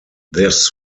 this